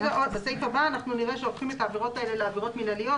בסעיף הבא נראה שהופכים את העבירות האלה לעבירות מנהליות.